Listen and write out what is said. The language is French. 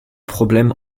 problème